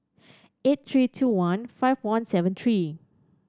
eight three two one five one seven three